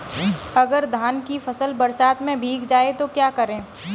अगर धान की फसल बरसात में भीग जाए तो क्या करें?